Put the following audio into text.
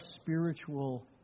spiritual